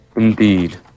Indeed